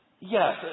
Yes